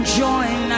join